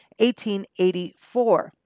1884